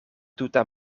tuta